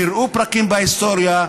קראו פרקים בהיסטוריה,